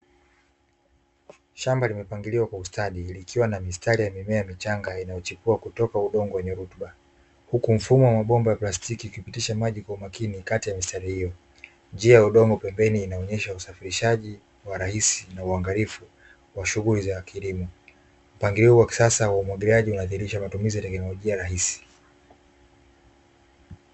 Shamba lililopangiliwa kwa ustadi likiwa na mistari ya mimea michanga inayochipua kutoka udongo wenye rutuba huku mfumo wa mabomba ya plastiki ukipitisha maji kwa umakini kati ya mistari hiyo, njia ya udongo pembeni inaonesha usafirishaji wa rahisi na uangalifu wa shughuli za kilimo. Mpangilio huu wakisasa wa umwagiliaji unadhihirisha matumizi ya teknolojia rahisi.